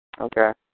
Okay